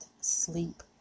sleep